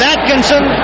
Atkinson